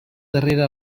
darrere